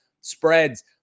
spreads